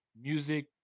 music